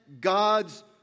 God's